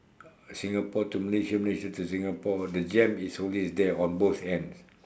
Singapore to Malaysia Malaysia to Singapore the jam is always there on both ends